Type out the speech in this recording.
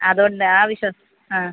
അതുകൊണ്ടാ ആ വിശ്വാ ആ